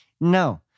no